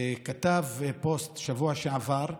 כתב פוסט בשבוע שעבר.